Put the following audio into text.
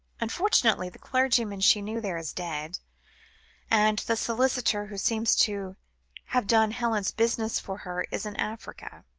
unfortunately, the clergyman she knew there, is dead and the solicitor, who seems to have done helen's business for her, is in africa,